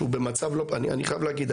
שהוא במצב לא פשוט אני חייב להגיד,